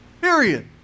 Period